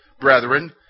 brethren